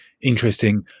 interesting